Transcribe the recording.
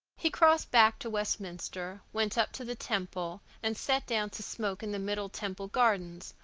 he crossed back to westminster, went up to the temple, and sat down to smoke in the middle temple gardens,